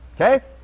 Okay